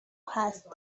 هست